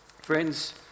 Friends